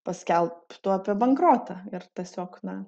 paskelbtų apie bankrotą ir tiesiog na